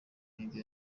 n’ibyo